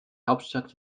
hauptstadt